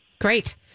Great